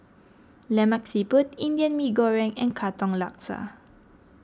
Lemak Siput Indian Mee Goreng and Katong Laksa